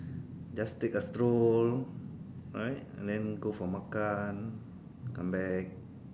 just take a stroll right and then go for makan come back